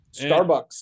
Starbucks